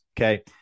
okay